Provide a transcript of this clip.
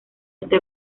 este